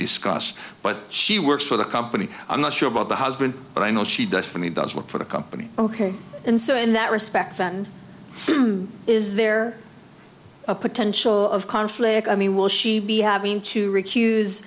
discussed but she works for the company i'm not sure about the husband but i know she definitely does work for the company ok and so in that respect is there a potential of conflict i mean will she be having to recuse